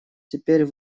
теперь